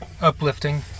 uplifting